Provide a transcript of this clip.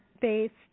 based